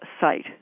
site